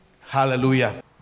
Hallelujah